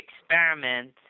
experiment